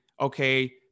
okay